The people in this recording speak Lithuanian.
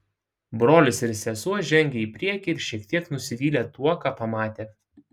brolis ir sesuo žengė į priekį ir šiek tiek nusivylė tuo ką pamatė